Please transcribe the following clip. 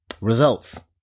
Results